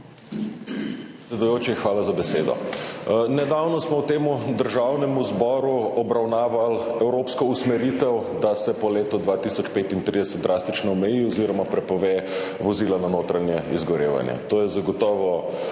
hvala za besedo. Nedavno smo v Državnemu zboru obravnavali evropsko usmeritev, da se po letu 2035 drastično omeji oziroma prepove vozila na notranje izgorevanje. To je zagotovo